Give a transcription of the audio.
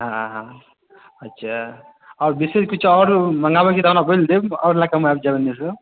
हँ हँ अच्छा आओर बिशेष किछु आओरो मँगाबऽ के रहऽ बोलि देब आओर लैकऽ हम आबि जाएब एनेसँ